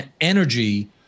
energy